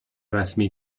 رسمی